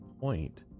point